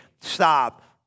Stop